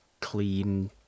clean